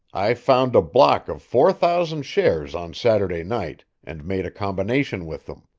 i found a block of four thousand shares on saturday night, and made a combination with them.